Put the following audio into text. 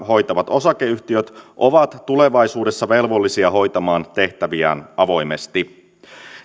hoitavat osakeyhtiöt ovat tulevaisuudessa velvollisia hoitamaan tehtäviään avoimesti